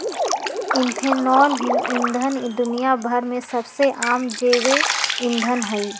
ethanol ईंधन दुनिया भर में सबसे आम जैव ईंधन हई